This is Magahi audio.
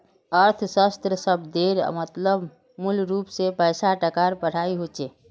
अर्थशाश्त्र शब्देर मतलब मूलरूप से पैसा टकार पढ़ाई होचे